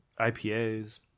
IPAs